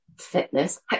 fitness